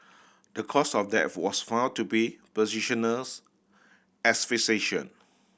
the cause of death was found to be positional asphyxiation